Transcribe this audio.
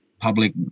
public